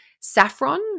Saffron